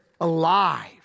alive